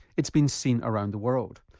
it's been seen around the world.